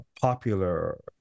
popular